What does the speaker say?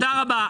תודה רבה.